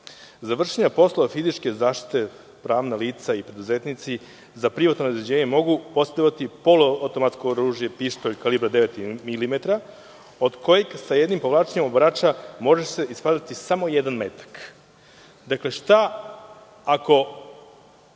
za vršenje poslova fizičke zaštite pravna lica i preduzetnici za privatno obezbeđenje mogu posedovati poluautomatsko oružje, pištolj kalibra 9mm, kod kojeg se jednim povlačenjem obarača može ispaliti samo jedan metak. Dakle, šta ako